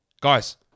Guys